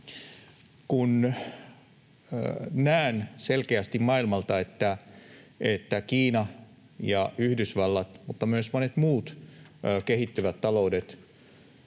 Kun näen selkeästi maailmalta, että Kiina ja Yhdysvallat mutta myös monet muut kehittyvät taloudet